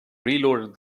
reloaded